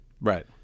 Right